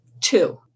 Two